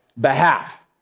behalf